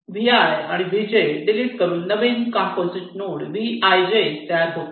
Vi आणि Vj delete करून नवीन कंपोझिट नोड Vij तयार होतो